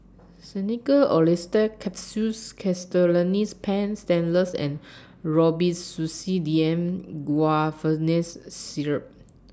Xenical Orlistat Capsules Castellani's Paint Stainless and Robitussin D M Guaiphenesin Syrup